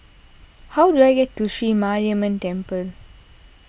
how do I get to Sri Mariamman Temple